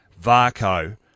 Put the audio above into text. Varco